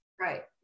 Right